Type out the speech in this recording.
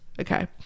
Okay